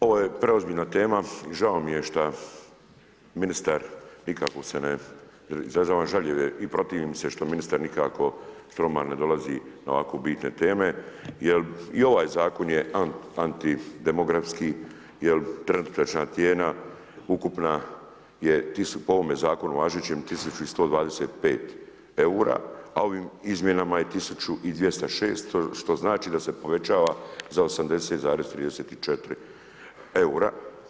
Ovo je preozbiljna tema i žao mi je šta ministar nikako se ne, izražavam žaljenje i protivim se što ministar nikako Štromar ne dolazi na ovako bitne teme jer i ovaj zakon je antidemografski jer trenutačna cijena ukupna je, po ovome zakonu važećem 1125 eura a ovim izmjenama je 1026 što znači da se povećava za 80,34 eura.